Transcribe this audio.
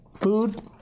food